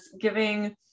giving